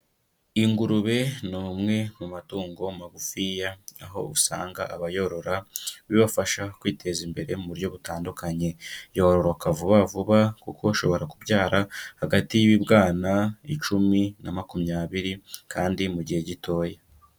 Ingurube ni umwe mu matungo magufiya, aho usanga abayorora bibafasha kwiteza imbere mu buryo butandukanye, yororoka vuba vuba kuko ushobora kubyara hagati y'ibibwana icumi, na makumyabiri, kandi mu gihe gitoya.